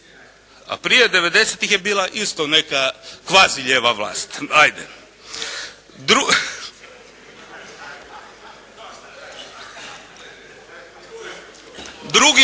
A prije '90.-tih je bila isto neka kvazi lijeva vlast, ajde.